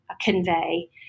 convey